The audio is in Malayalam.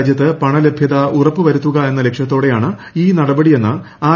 രാജ്യീത്ത് പണലഭ്യത ഉറപ്പുവരുത്തുക എന്ന ലക്ഷ്യത്തോട്ടെയാണ് ഈ നടപടിയെന്ന് ആർ